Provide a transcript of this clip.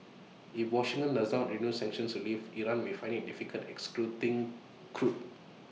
if Washington does not renew sanctions relief Iran may find IT difficulty exporting crude